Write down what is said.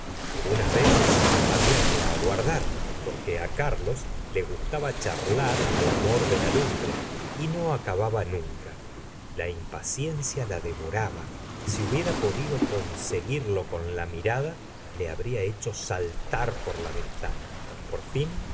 algunas veces habla que aguardar porque á carlos le gustaba charlar al la señora de boyar gustavo plaubmt amor de la lumbre y no acababa nunca la impaciencia la devoraba si hubiera podido conseguirlo con la mirada le habría hecho saltar por la ventana por fin